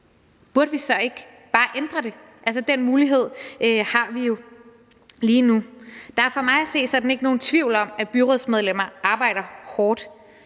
burde vi så ikke bare ændre det? Den mulighed har vi jo lige nu. Der er for mig at se slet ikke nogen tvivl om, at byrådsmedlemmer arbejder hårdt.